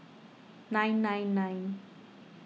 nine nine nine